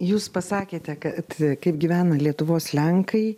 jūs pasakėte kad kaip gyvena lietuvos lenkai